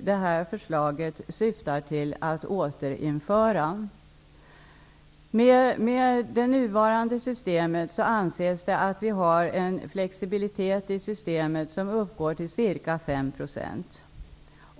detta förslag syftar till att återinföra. Det anses att vi med nuvarande system har en flexibilitet som uppgår till ca 5 %.